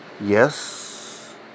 Yes